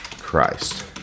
Christ